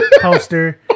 poster